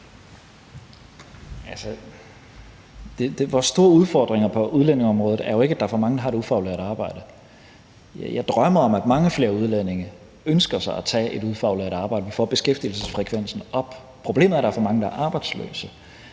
Vores store udfordring på udlændingeområdet er jo ikke, at der er for mange, der har et ufaglært arbejde. Jeg drømmer om, at mange flere udlændinge ønsker at tage et ufaglært arbejde, så vi får beskæftigelsesfrekvensen op. Problemet er, at der er for mange, der er arbejdsløse.